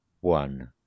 One